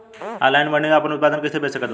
Online मंडी मे आपन उत्पादन कैसे बेच सकत बानी?